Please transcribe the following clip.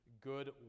good